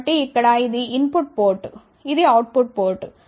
కాబట్టి ఇక్కడ ఇది ఇన్ పుట్ పోర్ట్ ఇది అవుట్ పుట్ పోర్ట్